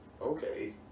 Okay